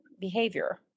behavior